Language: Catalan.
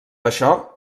això